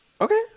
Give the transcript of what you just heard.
Okay